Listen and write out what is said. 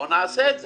בוא נעשה את זה.